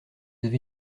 avez